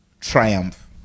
Triumph